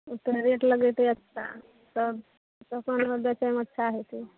ओतए रेट लगैतै अच्छा सब दोकानमे बेचैमे अच्छा हेतै